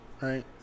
Right